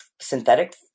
synthetic